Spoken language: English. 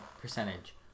percentage